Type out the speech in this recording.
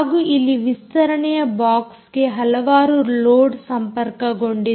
ಹಾಗೂ ಅಲ್ಲಿ ವಿಸ್ತರಣೆಯ ಬಾಕ್ಸ್ಗೆ ಹಲವಾರು ಲೋಡ್ ಸಂಪರ್ಕಗೊಂಡಿದೆ